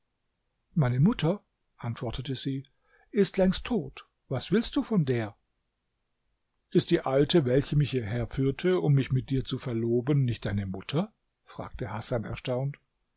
meine mutter antwortete sie ist längst tot was willst du von der ist die alte welche mich hierher führte um mich mit dir zu verloben nicht deine mutter fragte hasan erstaunt